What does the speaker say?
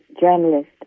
journalist